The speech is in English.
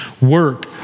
work